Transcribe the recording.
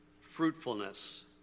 fruitfulness